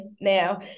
now